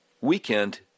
weekend